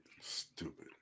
Stupid